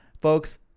folks